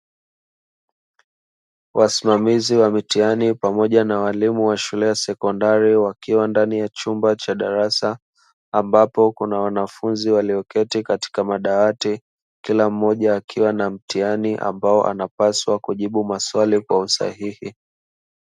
Wasimamizi wa mitihani pamoja na walimu wa shule ya sekondari wakiwa ndani ya chumba cha darasa, ambapo kuna wanafunzi walioketi katika madawati kila mmoja akiwa na mtihani ambao anapaswa kujibu maswali kwa usahihi.